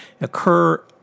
occur